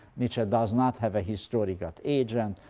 nietzsche does not have a historical agent,